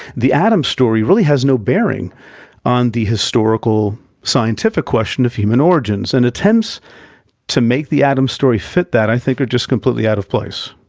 the adam story really has no bearing on the historical scientific question of human origins. and attempts to make the adam story fit that, i think are just completely out of place.